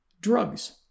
drugs